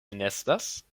enestas